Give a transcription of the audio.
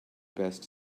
best